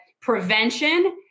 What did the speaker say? prevention